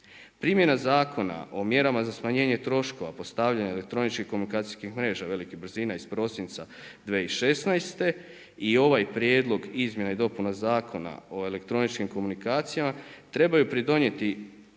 Primjena Zakona o mjerama za smanjenje troškova, postavljanje elektroničkih komasacijskih mreža velikih brzina iz prosinca 2016. i ovaj prijedloga izmjena i dopuna Zakona o elektroničkim komunikacijama, trebaju pridonijeti